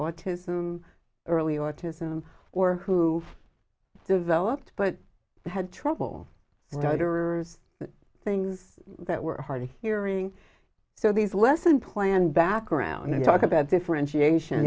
autism early autism or who've developed but had trouble riders the things that were hard of hearing so these lesson plan back around and talk about differentiation